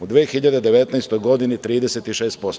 U 2019. godini 36%